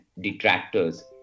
detractors